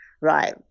right